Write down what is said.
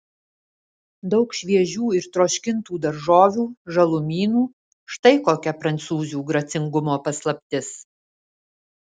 daug šviežių ir troškintų daržovių žalumynų štai kokia prancūzių gracingumo paslaptis